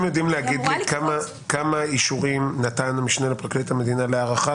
יודעים להגיד לי כמה אישורים נתן המשנה לפרקליט המדינה להארכה?